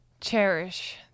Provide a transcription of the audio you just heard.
cherish